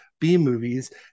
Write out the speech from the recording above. B-movies